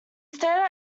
stared